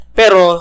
pero